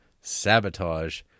Sabotage